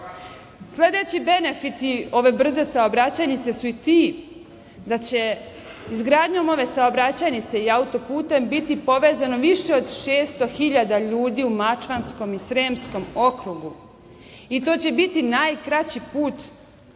zona. Sledeći benefiti ove brze saobraćajnice su i ti da će izgradnjom ove saobraćajnice i auto-puta biti povezano više od 600 hiljada ljudi u Mačvanskom i Sremskom okrugu i to će biti najkraći put